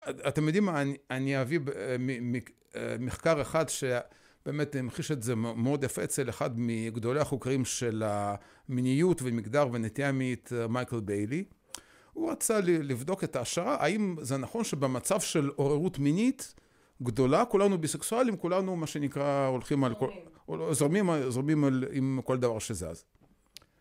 אתם יודעים, אני אביא מחקר אחד שבאמת המחיש את זה מאוד יפה אצל אחד מגדולי החוקרים של המיניות ומגדר ונטייה מינית - מייקל ביילי. הוא רצה לבדוק את ההשערה האם זה נכון שבמצב של עוררות מינית גדולה כולנו ביסקסואלים, כולנו מה שנקרא הולכים על... זורמים עם כל דבר שזז